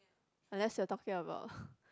unless you're talking about